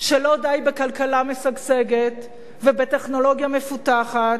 שלא די בכלכלה משגשגת ובטכנולוגיה מפותחת,